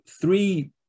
three